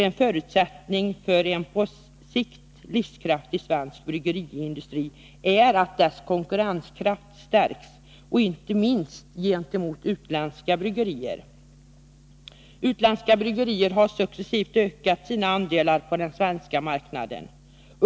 En förutsättning för en på sikt livskraftig svensk bryggeriindustri är att dess konkurrenskraft stärks, inte minst gentemot utländska bryggerier. Utländska bryggerier har successivt ökat sina andelar på den svenska marknaden.